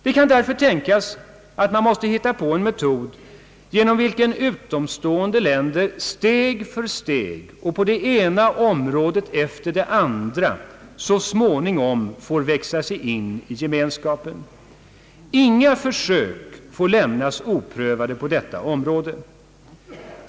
Det kan därför tänkas att man måste hitta på en metod genom vilken utomstående länder steg för steg och på det ena området efter det andra så småningom får växa sig in i Gemenskapen. Inga försök får lämnas oprövade på detta område.